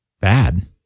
bad